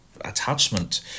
attachment